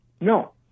No